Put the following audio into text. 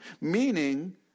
meaning